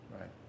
Right